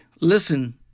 listen